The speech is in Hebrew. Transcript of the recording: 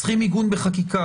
צריכים עיגון בחקיקה,